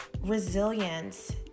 resilience